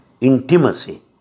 intimacy